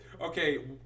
Okay